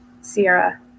Sierra